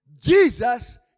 Jesus